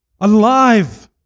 alive